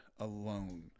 alone